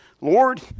Lord